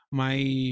mas